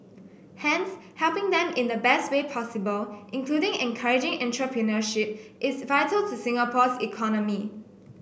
hence helping them in the best way possible including encouraging entrepreneurship is vital to Singapore's economy